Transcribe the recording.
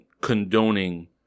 condoning